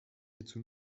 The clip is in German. hierzu